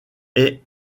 est